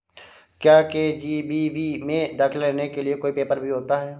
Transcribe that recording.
क्या के.जी.बी.वी में दाखिला लेने के लिए कोई पेपर भी होता है?